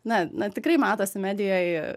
na na tikrai matosi medijoj